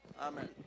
Amen